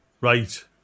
Right